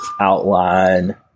outline